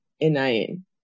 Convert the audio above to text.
NIN